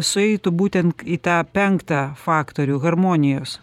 sueitų būtent į tą penktą faktorių harmonijos